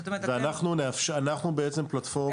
זאת אומרת אתם --- אנחנו בעצם פלטפורמה שתאפשר